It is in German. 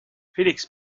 felix